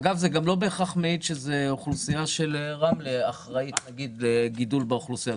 אגב זה לא בהכרח מעיד שהאוכלוסייה של רמלה אחראית לגידול בהשתתפות,